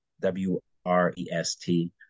W-R-E-S-T